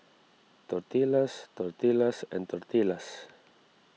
Tortillas Tortillas and Tortillas